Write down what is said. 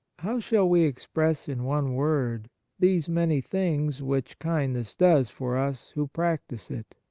how shall we express in one word these many things which kindness does for us who practise it?